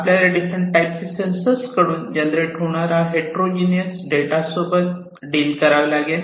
आपल्याला डिफरंट टाईपचे सेन्सर्स कडून जनरेट होणारा हेट्रोजीनीआस डेटा सोबत डील करावे लागेल